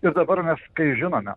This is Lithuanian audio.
ir dabar mes kai žinome